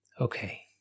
Okay